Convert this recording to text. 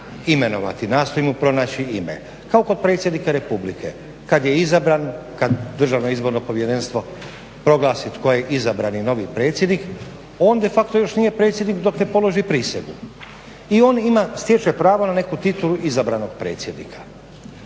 imenovati, nastoji mu pronaći ime kao kod Predsjednika Republike kad je izabran, kad Državno izborno povjerenstvo proglasi tko je izabrani novi predsjednik on de facto još nije predsjednik dok ne položi prisegu. I on ima, stječe pravo na neku titulu izabranog predsjednika